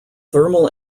thermal